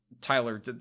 Tyler